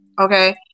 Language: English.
okay